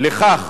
לכך